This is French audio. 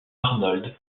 arnold